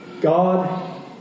God